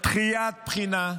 דחיית בחינה,